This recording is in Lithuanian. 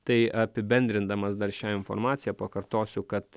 tai apibendrindamas dar šią informaciją pakartosiu kad